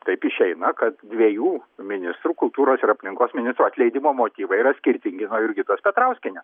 taip išeina kad dviejų ministrų kultūros ir aplinkos ministrų atleidimo motyvai yra skirtingi nuo jurgitos petrauskienės